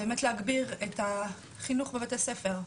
זה באמת להגביר את החינוך בבית הספר,